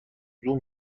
زوم